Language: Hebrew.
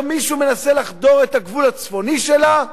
מישהו מנסה לחדור את הגבול הצפוני שלה,